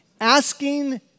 asking